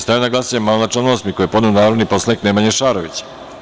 Stavljam na glasanje amandman na član 8. koji je podneo narodni poslanik Nemanja Šarović.